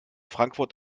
frankfurt